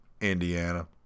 Indiana